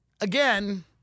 again